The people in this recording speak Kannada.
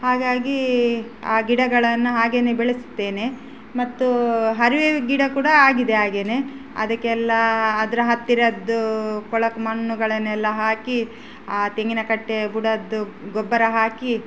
ಹಾಗಾಗಿ ಆ ಗಿಡಗಳನ್ನು ಹಾಗೆಯೇ ಬೆಳೆಸುತ್ತೇನೆ ಮತ್ತು ಹರಿವೆ ಗಿಡ ಕೂಡ ಆಗಿದೆ ಹಾಗೆಯೇ ಅದಕ್ಕೆಲ್ಲ ಅದರ ಹತ್ತಿರದ್ದು ಕೊಳಕು ಮಣ್ಣುಗಳನ್ನೆಲ್ಲ ಹಾಕಿ ಆ ತೆಂಗಿನ ಕಟ್ಟೆ ಬುಡದ್ದು ಗೊಬ್ಬರ ಹಾಕಿ